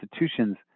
institutions